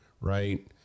Right